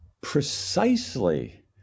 Precisely